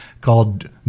called